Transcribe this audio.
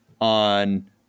on